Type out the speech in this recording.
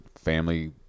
family